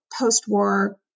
post-war